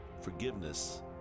forgiveness